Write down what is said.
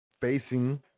facing